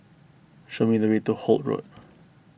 show me the way to Holt Road